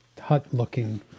hut-looking